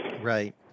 Right